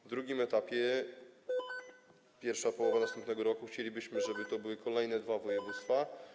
W drugim etapie, w I połowie następnego roku, chcielibyśmy, żeby to były kolejne dwa województwa.